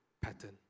pattern